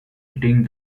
hitting